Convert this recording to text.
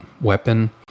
weapon